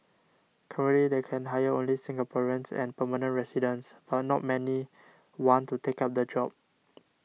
currently they can hire only Singaporeans and permanent residents but not many want to take up the job